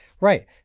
right